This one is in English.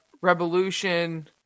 Revolution